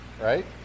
right